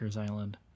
island